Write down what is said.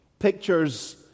pictures